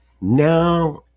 Now